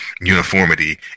uniformity